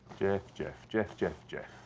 geoff, geoff, geoff, geoff, geoff,